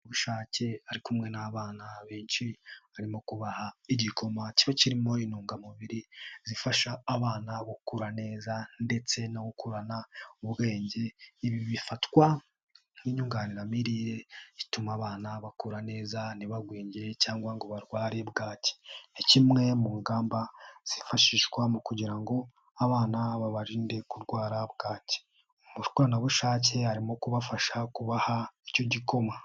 Umukoranabushake ari kumwe n'abana benshi arimo kubaha igikoma kiba kirimo intungamubiri zifasha abana gukura neza ndetse no gukorana ubwenge. Ibi bifatwa nk'inyunganiramirire ituma abana bakura neza ntibagwingire cyangwa ngo barware bwaki, ni kimwe mu ngamba zifashishwa mu kugira ngo abana babarinde kurwara bwaki. Umukoranabushake arimo kubafasha kubaha icyo gikoma.